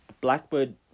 Blackbird